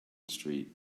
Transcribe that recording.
street